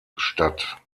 statt